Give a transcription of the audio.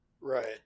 Right